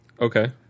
okay